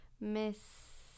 Miss